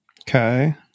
Okay